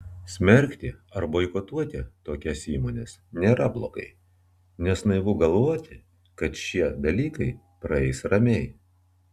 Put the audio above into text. smerkti ar boikotuoti tokias įmones nėra blogai nes naivu galvoti kad šie dalykai praeis ramiai